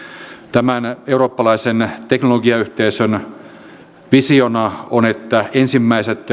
tämän eurooppalaisen teknologiayhteisön visiona on että ensimmäiset